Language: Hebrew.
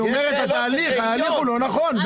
בא